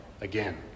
again